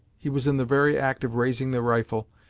he was in the very act of raising the rifle,